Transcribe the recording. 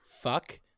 Fuck